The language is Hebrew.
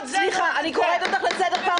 סליחה, אני קוראת אותך לסדר פעם ראשונה.